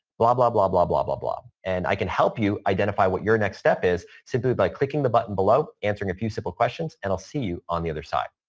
blah, blah, blah, blah, blah, blah, blah. and i can help you identify what your next step is simply by clicking the button below, answering a few simple questions, and i'll see you on the other side.